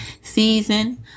season